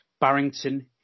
Barrington